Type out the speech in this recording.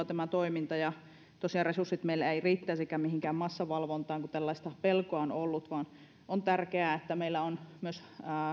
tämä toiminta on kohdennettua tosiaan resurssit meillä eivät riittäisikään mihinkään massavalvontaan kun tällaista pelkoa on ollut ja on tärkeää että meillä on